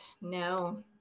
No